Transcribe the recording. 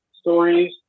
stories